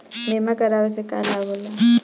बीमा करावे से का लाभ होला?